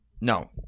no